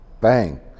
bang